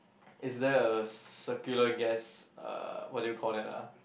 is there a circular gas uh what do you call that ah